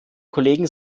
kollegen